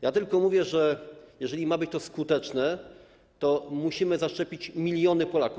Ja tylko mówię, że jeżeli ma być to skuteczne, to musimy zaszczepić miliony Polaków.